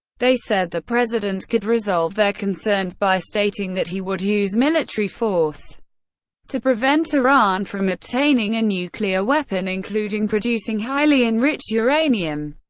they said the president could resolve their concerns by stating that he would use military force to prevent iran from obtaining a nuclear weapon including producing highly enriched uranium,